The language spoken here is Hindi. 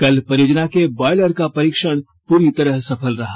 कल परियोजना के बॉयलर का परीक्षण पूरी तरह सफल रहा